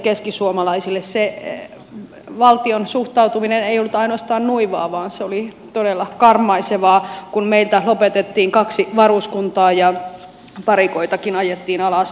se valtion suhtautuminen ei ollut ainoastaan nuivaa vaan se oli todella karmaisevaa kun meiltä lopetettiin kaksi varuskuntaa ja varikoitakin ajettiin alas